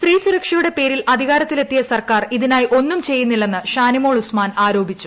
സ്ത്രീസുരക്ഷയുടെ പേരിൽ അധികാരത്തിലെത്തിയ സർക്കാർ ഇതിനായി ഒന്നും ചെയ്യുന്നില്ലെന്ന് ഷാനിമോൾ ഉസ്മാൻ ആരോപിച്ചു